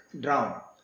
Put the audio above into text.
drown